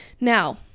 now